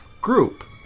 group